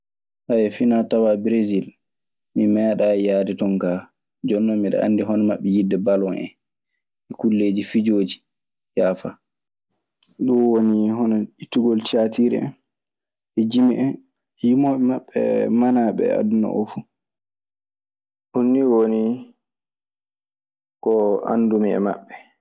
Fnaa tawaa Bersiil. Mi meeɗaa yahde ton kaa, jooni non miɗe anndi hono maɓɓe yiɗde balon en e kulleeji fijooji yaafaa. Ɗun woni hono ittugol tiyaatiir en e jimi en. Yimooɓe maɓɓe manaaɓe e aduna oo fu. Ɗum ni woni, ko anndumi e maɓɓe.